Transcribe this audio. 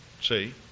See